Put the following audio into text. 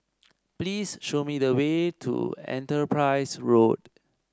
please show me the way to Enterprise Road